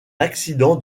accident